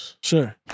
Sure